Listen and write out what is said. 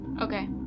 Okay